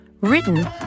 Written